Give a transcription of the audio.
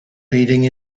leading